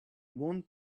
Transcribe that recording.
one